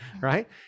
right